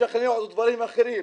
לשכנע אותנו לדברים אחרים,